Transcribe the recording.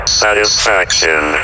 satisfaction